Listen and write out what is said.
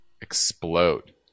explode